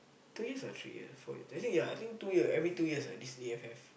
two years or three years four years I think yeah two year every two years ah this A_F_F